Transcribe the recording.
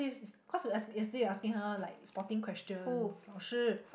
is cause yesterday yesterday you asking her like spotting questions 老师